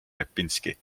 repinski